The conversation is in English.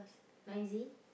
noisy